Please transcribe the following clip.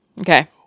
Okay